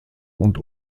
und